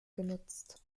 genutzt